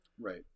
Right